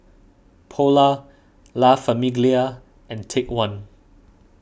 Polar La Famiglia and Take one